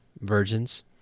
virgins